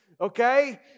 okay